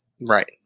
Right